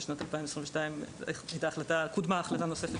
בשנת 2022 קודמה החלטה נוספת,